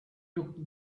took